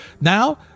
Now